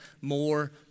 more